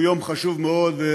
שהוא יום חשוב מאוד,